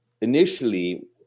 initially